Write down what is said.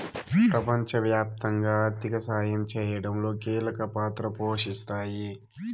ప్రపంచవ్యాప్తంగా ఆర్థిక సాయం చేయడంలో కీలక పాత్ర పోషిస్తాయి